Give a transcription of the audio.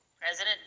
President